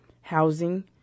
housing